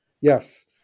yes